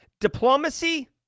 diplomacy